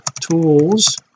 tools